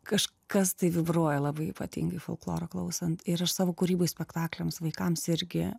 kažkas tai vibruoja labai ypatingi folkloro klausant ir aš savo kūryboje spektakliams vaikams irgi